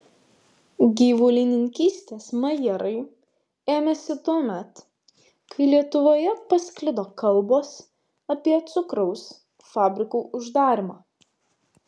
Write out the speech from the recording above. gyvulininkystės majerai ėmėsi tuomet kai lietuvoje pasklido kalbos apie cukraus fabrikų uždarymą